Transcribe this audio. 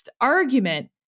argument